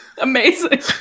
Amazing